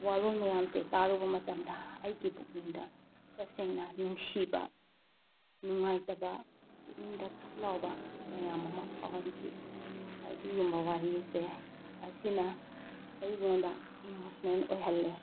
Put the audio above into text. ꯋꯥꯔꯣꯜ ꯃꯌꯥꯝꯁꯦ ꯇꯥꯔꯨꯕ ꯃꯇꯝꯗ ꯑꯩꯒꯤ ꯄꯨꯛꯅꯤꯡꯗ ꯇꯁꯦꯡꯅ ꯅꯨꯡꯁꯤꯕ ꯅꯨꯡꯉꯥꯏꯇꯕ ꯄꯨꯛꯅꯤꯡꯗ ꯊꯨꯛ ꯂꯥꯎꯕ ꯃꯌꯥꯝ ꯑꯃ ꯐꯥꯎꯍꯟꯈꯤ ꯑꯁꯤꯒꯨꯝꯕ ꯋꯥꯍꯩꯁꯦ ꯑꯁꯤꯅ ꯑꯩꯉꯣꯟꯗ ꯏꯃꯣꯁꯅꯦꯜ ꯑꯣꯏꯍꯜꯂꯦ